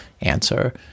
answer